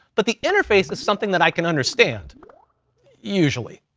but the interface is something that i can understand usually,